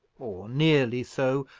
or nearly so,